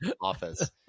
office